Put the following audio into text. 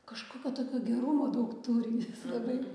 kažkokio tokio gerumo daug turi jis labai